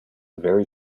very